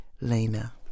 Lena